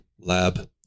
lab